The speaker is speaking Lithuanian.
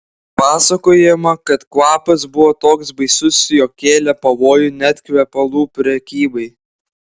pasakojama kad kvapas buvo toks baisus jog kėlė pavojų net kvepalų prekybai